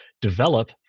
develop